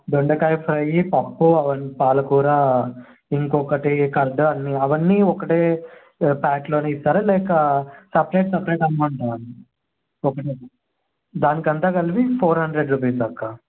దొండకాయ ఫ్రై పప్పు అండ్ పాలకూర ఇంకొకటి కడతారు అవన్నీ ఒకటే ప్యాక్లోనే ఇస్తారా లేక సపరేట్ సపరేట్ అమౌంటా ఒకటేనా దానికి అంతా కలిపి ఫోర్ హండ్రెడ్ రూపీసా అక్క